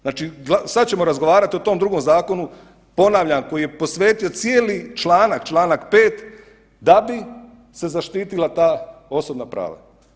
Znači sada ćemo razgovarati o tom drugom zakonu, ponavljam koji je posvetio cijeli članak čl. 5. da bi se zaštitila ta osobna prava.